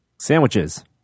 Sandwiches